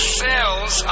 cells